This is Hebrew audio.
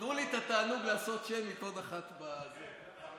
תנו לי את התענוג לעשות שמית, עוד אחת, בזה,